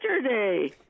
yesterday